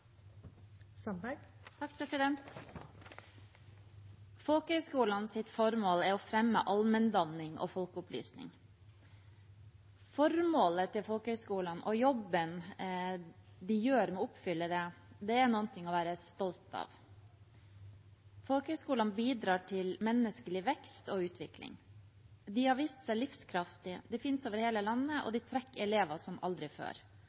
å fremme allmenndanning og folkeopplysning. Formålet til folkehøyskolene og jobben de gjør med å oppfylle det, er noe å være stolt av. Folkehøyskolene bidrar til menneskelig vekst og utvikling. De har vist seg livskraftige. De finnes over hele landet, og de trekker elever som aldri før.